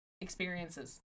experiences